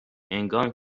هنگامی